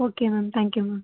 okay ma'am thank you ma'am